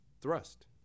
Thrust